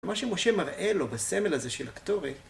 מה שמשה מראה לו בסמל הזה של הקטורי